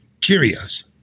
Cheerios